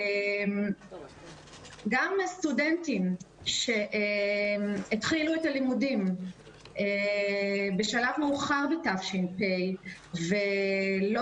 גם סטודנטים שהתחילו את הלימודים בשלב מאוחר בתש"פ ולא